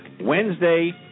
Wednesday